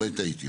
אולי טעיתי.